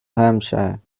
hampshire